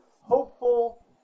hopeful